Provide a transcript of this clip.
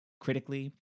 critically